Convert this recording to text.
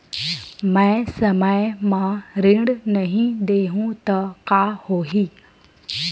मैं समय म ऋण नहीं देहु त का होही